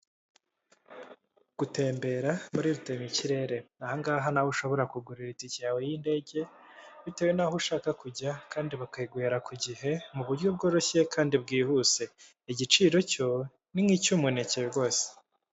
Gutembera muri rutemikirere aha ngaha ni aho ushobora kugurira itike yawe yindege, bitewe naho ushaka kujya, kandi bakayiguhera ku gihe mu buryo bworoshye kandi bwihuse, igiciro cyo ni nk'icy'umuneke rwose.